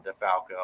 DeFalco